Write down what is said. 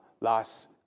last